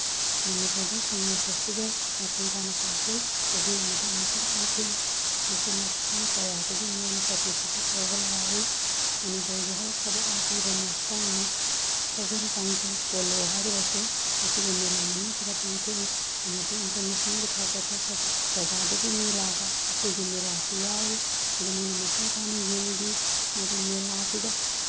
ꯃꯅꯤꯄꯨꯔꯗ ꯁꯉꯥꯏ ꯐꯦꯁꯇꯤꯕꯦꯜ ꯃꯄꯨꯡ ꯐꯥꯅ ꯄꯥꯡꯊꯣꯛꯏ ꯆꯍꯤ ꯑꯃꯗ ꯑꯃꯨꯛꯇꯪ ꯄꯥꯡꯊꯣꯛꯏ ꯃꯁꯤ ꯃꯐꯝ ꯀꯌꯥꯗꯒꯤ ꯃꯤꯑꯣꯏꯅ ꯄꯥꯔꯇꯤꯁꯤꯄꯦꯠ ꯇꯧꯕ ꯂꯥꯛꯏ ꯃꯅꯤꯄꯨꯔꯒꯤ ꯍꯧꯈ꯭ꯔꯕ ꯑꯔꯤꯕ ꯃꯁꯥꯟꯅ ꯁꯒꯣꯜ ꯀꯥꯡꯖꯩ ꯄꯣꯂꯣ ꯍꯥꯏꯔꯤꯕꯁꯦ ꯃꯁꯤꯒꯤ ꯃꯦꯂꯥ ꯃꯅꯨꯡꯁꯤꯗ ꯄꯥꯡꯊꯣꯛꯏ ꯑꯃꯗꯤ ꯏꯟꯇꯔꯅꯦꯁꯅꯦꯜꯒꯤ ꯊꯥꯛꯇ ꯑꯇꯣꯞꯄ ꯖꯒꯥꯗꯒꯤ ꯃꯤ ꯂꯥꯛꯑꯒ ꯑꯩꯈꯣꯏꯒꯤ ꯃꯦꯂꯥꯁꯦ ꯌꯥꯎꯋꯤ ꯑꯗꯩ ꯃꯣꯏꯅ ꯃꯄꯨꯡ ꯐꯥꯅ ꯌꯦꯡꯕꯤ ꯑꯃꯗꯤ ꯃꯦꯂꯥꯁꯤꯗ